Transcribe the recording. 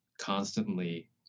constantly